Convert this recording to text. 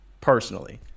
personally